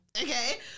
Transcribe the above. okay